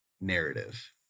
narrative